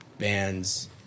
Bands